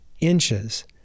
inches